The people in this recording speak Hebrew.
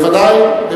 בוודאי.